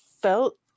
felt